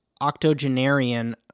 octogenarian